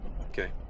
Okay